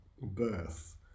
birth